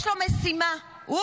יש לו משימה: הוא,